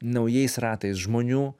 naujais ratais žmonių